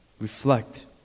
reflect